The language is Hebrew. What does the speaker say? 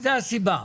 זו הסיבה.